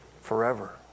forever